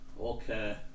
Okay